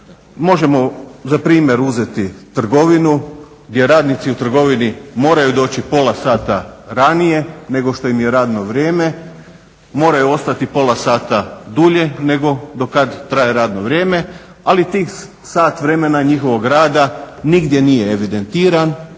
Možemo za primjer uzeti trgovinu gdje radnici u trgovini moraju doći pola sata ranije nego što im je radno vrijeme, moraju ostati pola sata dulje nego do kad traje radno vrijeme, ali tih sat vremena njihovog rada nigdje nije evidentirano,